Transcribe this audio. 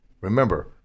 remember